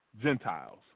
Gentiles